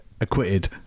acquitted